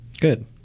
Good